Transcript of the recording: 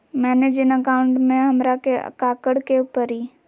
मैंने जिन अकाउंट में हमरा के काकड़ के परी?